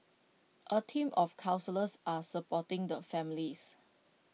A team of counsellors are supporting the families